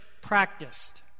practiced